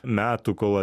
metų kol